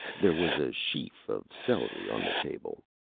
there was a sheaf of celery on the table.